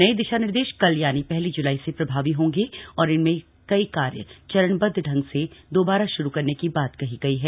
नए दिशा निर्देश कल यानी पहली जुलाई से प्रभावी होंगे और इनमें कई कार्य चरणबद्ध ढंग से दोबारा श्रु करने की बात कही गई है